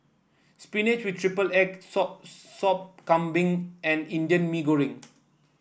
spinach with triple egg sop Sop Kambing and Indian Mee Goreng